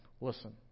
Listen